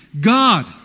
God